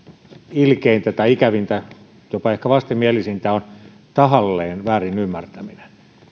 ilkeintä tai ikävintä jopa ehkä vastenmielisintä on tahallaan väärin ymmärtäminen